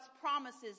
promises